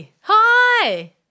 Hi